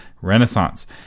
Renaissance